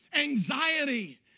Anxiety